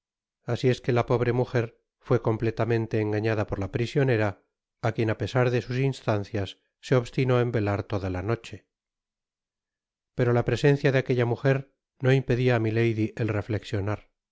asi es que la pobre mujer fué completamen'e engañada por la prisionera á quien á pesar de sus instancias se obstinó en velar toda la noche pero la presencia de aquella mujer no impedia á milady el reflexionar